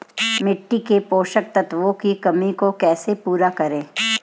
मिट्टी के पोषक तत्वों की कमी को कैसे दूर करें?